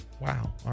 Wow